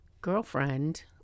girlfriend